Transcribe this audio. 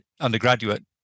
undergraduate